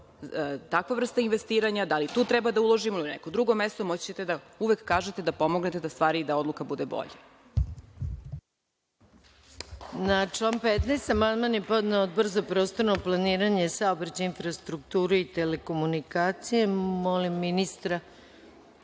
takva vrsta investiranja, da li tu treba da uložimo, ili na nekom drugom mestu, moći ćete da uvek kažete i da pomognete da stvari i da odluka bude bolja. **Maja Gojković** Na član 15. amandman je podneo Odbor za prostorno planiranje, saobraćaj, infrastrukturu i telekomunikacije. Molim ministra